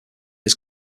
his